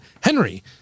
Henry